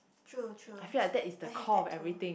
true true I have that too